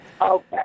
Okay